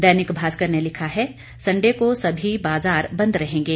दैनिक भास्कर ने लिखा है संडे को सभी बाजार बंद रहेंगे